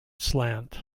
slant